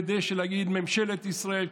כדי להגיד שממשלת ישראל,